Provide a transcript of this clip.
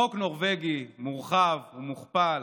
חוק נורבגי מורחב ומוכפל,